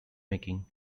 making